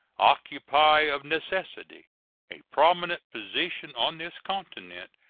occupy of necessity a prominent position on this continent,